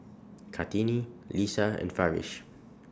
Kartini Lisa and Farish